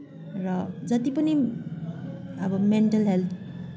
र जति पनि अब मेन्टल हेल्थ